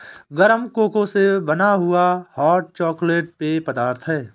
गरम कोको से बना हुआ हॉट चॉकलेट पेय पदार्थ है